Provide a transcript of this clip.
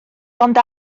ond